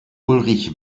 ulrich